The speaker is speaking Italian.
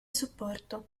supporto